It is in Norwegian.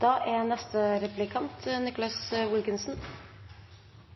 Jeg er